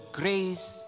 grace